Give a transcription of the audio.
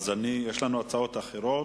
אז יש לנו הצעות אחרות.